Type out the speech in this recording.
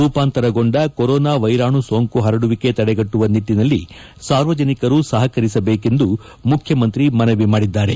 ರೂಪಾಂತರಗೊಂಡ corona ವೈರಾಣು ಸೋಂಕು ಹರಡುವಿಕೆ ತಡೆಗಟ್ಟುವ ನಿಟ್ಟನಲ್ಲಿ ಸಾರ್ವಜನಿಕರು ಸಹಕರಿಸಬೇಕೆಂದು ಮುಖ್ಯಮಂತ್ರಿ ಮನವಿ ಮಾಡಿದ್ದಾರೆ